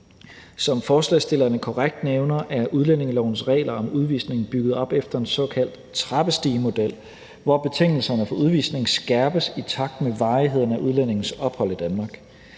Som forslagsstillerne korrekt nævner, er udlændingelovens regler om udvisning bygget op efter en såkaldt trappestigemodel, hvor betingelserne for udvisning skærpes i takt med varigheden af udlændingens ophold i Danmark.